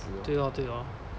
对哦对哦